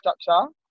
structure